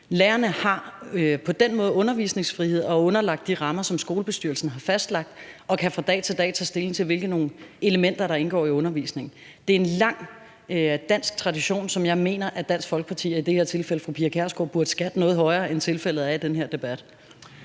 Lærerne har på den måde undervisningsfrihed og er underlagt de rammer, som skolebestyrelsen har fastlagt, og de kan fra dag til dag tage stilling til, hvilke elementer der indgår i undervisningen. Det er der en lang dansk tradition for, som jeg mener at Dansk Folkeparti og i det her tilfælde fru Pia Kjærsgaard burde skatte noget højere, end tilfældet er i den her debat.